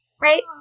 Right